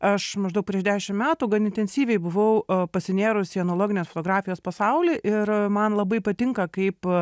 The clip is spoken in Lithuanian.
aš maždaug prieš dešimt metų gan intensyviai buvau pasinėrusi į analoginės fotografijos pasaulį ir man labai patinka kaip